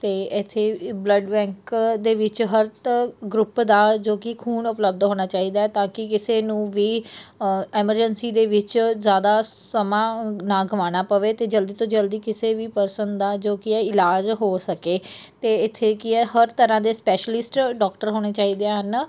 ਅਤੇ ਇੱਥੇ blood bank ਦੇ ਵਿੱਚ ਹਰ ਤ ਗਰੁੱਪ ਦਾ ਜੋ ਕਿ ਖੂਨ ਉਪਲੱਬਧ ਹੋਣਾ ਚਾਹੀਦਾ ਤਾਂ ਕਿ ਕਿਸੇ ਨੂੰ ਵੀ ਐਮਰਜੈਂਸੀ ਦੇ ਵਿੱਚ ਜ਼ਿਆਦਾ ਸਮਾਂ ਨਾ ਗਵਾਉਣਾ ਪਵੇ ਅਤੇ ਜਲਦੀ ਤੋਂ ਜਲਦੀ ਕਿਸੇ ਵੀ ਪਰਸਨ ਦਾ ਜੋ ਕੀ ਹੈ ਇਲਾਜ ਹੋ ਸਕੇ ਅਤੇ ਇੱਥੇ ਕੀ ਹੈ ਹਰ ਤਰ੍ਹਾਂ ਦੇ ਸਪੈਸ਼ਲੀਸਟ ਡਾਕਟਰ ਹੋਣੇ ਚਾਹੀਦੇ ਹਨ